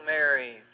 Mary